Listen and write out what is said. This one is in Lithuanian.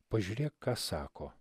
pažiūrėk ką sako